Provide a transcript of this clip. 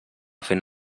fent